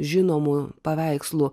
žinomų paveikslų